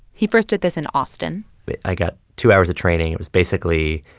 he first did this in austin i got two hours of training. it was basically,